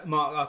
Mark